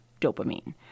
dopamine